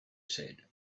said